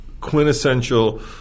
quintessential